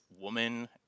woman